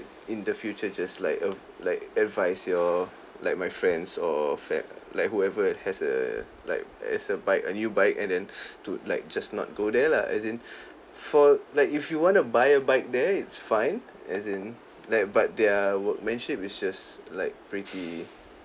in the future just like ad~ like advise your like my friends or fa~ like whoever has a like has a bike a new bike and then to like just not go there lah as in for like if you want to buy a bike there it's fine as in like but their workmanship is just like pretty